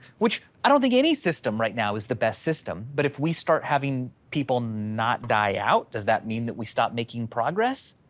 which i don't think any system right now is the best system. but if we start having people not die out, does that mean that we stopped making progress?